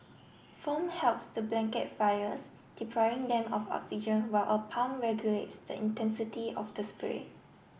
foam helps to blanket fires depriving them of oxygen while a pump regulates the intensity of the spray